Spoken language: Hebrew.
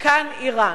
כאן אירן.